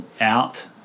out